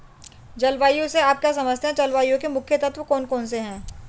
जलवायु से आप क्या समझते हैं जलवायु के मुख्य तत्व कौन कौन से हैं?